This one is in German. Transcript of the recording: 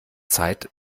zeit